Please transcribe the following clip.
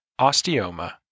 osteoma